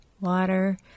water